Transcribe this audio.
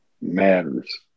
matters